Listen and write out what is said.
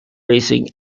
racing